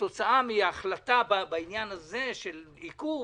שכתוצאה מהחלטה בעניין הזה של עיכוב,